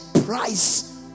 price